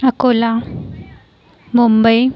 Akola Mumbai